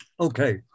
Okay